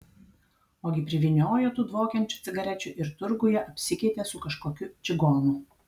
ogi privyniojo tų dvokiančių cigarečių ir turguje apsikeitė su kažkokiu čigonu